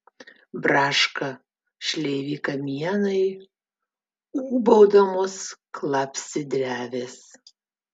braška šleivi kamienai ūbaudamos klapsi drevės